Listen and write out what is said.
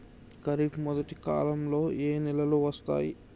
ఖరీఫ్ మొదటి కాలంలో ఏ నెలలు వస్తాయి?